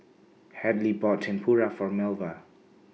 Hadley bought Tempura For Melva